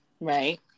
Right